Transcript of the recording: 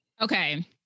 Okay